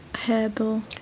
herbal